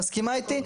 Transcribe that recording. את מסכימה איתי?